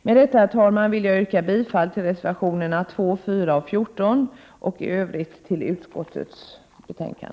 Med detta, herr talman, vill jag yrka bifall till reservationerna 2, 4 och 14 och i övrigt till utskottets hemställan.